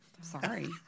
Sorry